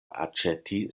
aĉeti